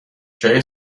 جای